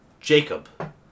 Jacob